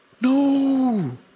No